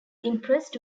impressed